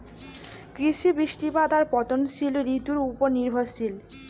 কৃষি, বৃষ্টিপাত আর পরিবর্তনশীল ঋতুর উপর নির্ভরশীল